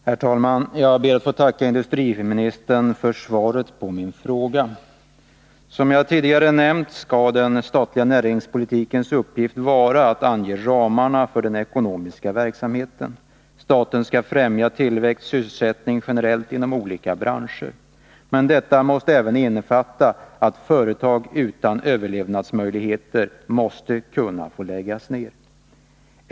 Herr talman! Jag ber att få tacka industriministern för svaret på min fråga. Den statliga näringspolitikens uppgift skall vara att ange ramarna för den ekonomiska verksamheten. Staten skall främja tillväxt och sysselsättning generellt och inom olika branscher. Men detta måste även innebära att företag utan överlevnadsmöjligheter skall kunna få läggas ned.